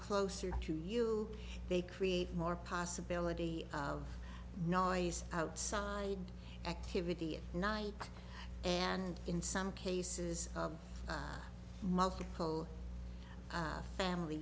closer to you they create more possibility of noise outside activity at night and in some cases of multiple family